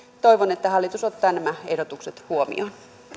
toivon että hallitus ottaa nämä ehdotukset huomioon